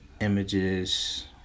images